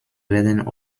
werden